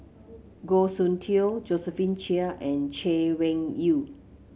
Goh Soon Tioe Josephine Chia and Chay Weng Yew